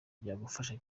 byagufasha